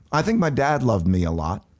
i think my dad loved me a lot.